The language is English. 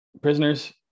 Prisoners